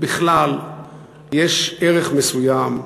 בכלל יש ערך מסוים,